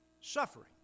suffering